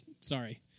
sorry